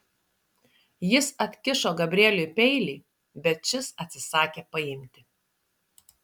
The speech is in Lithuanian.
jis atkišo gabrieliui peilį bet šis atsisakė paimti